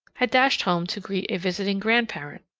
had dashed home to greet a visiting grandparent,